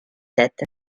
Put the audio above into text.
sept